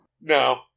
No